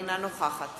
אינה נוכחת